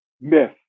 myth